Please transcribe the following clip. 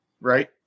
Right